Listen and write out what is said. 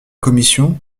commission